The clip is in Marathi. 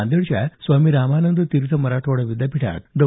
नांदेडच्या स्वामी रामानंद तीर्थ मराठवाडा विद्यापीठात डॉ